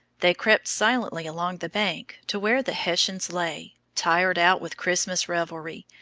they crept silently along the bank to where the hessians lay, tired out with christmas revelry,